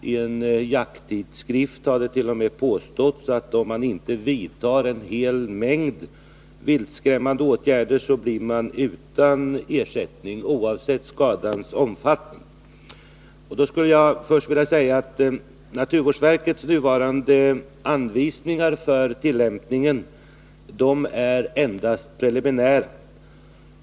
I en jakttidskrift har det t.o.m. påståtts att om man inte vidtar en hel mängd viltskrämmande åtgärder, blir man utan ersättning oavsett skadans omfattning. Till det skulle jag först vilja säga att naturvårdsverkets nuvarande anvisningar för tillämpningen endast är preliminära.